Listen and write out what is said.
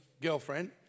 girlfriend